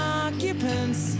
occupants